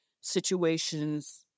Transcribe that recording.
situations